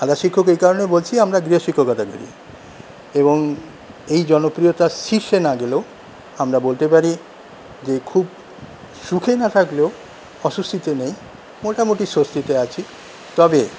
আধা শিক্ষক এই কারণে বলছি আমরা গৃহ শিক্ষকতা করি এবং এই জনপ্রিয়তার শীর্ষে না গেলেও আমরা বলতে পারি যে খুব সুখে না থাকলেও অস্বস্তিতে নেই মোটামুটি স্বস্তিতে আছি তবে